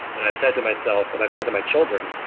and i've said to myself and i've said to my children,